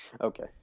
Okay